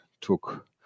took